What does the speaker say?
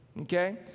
Okay